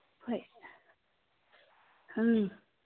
ꯍꯣꯏ ꯑ